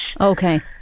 Okay